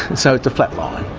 so it's a flat line.